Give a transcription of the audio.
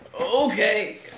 Okay